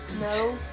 No